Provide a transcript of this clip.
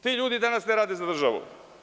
Ti ljudi danas ne rade za državu.